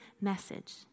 message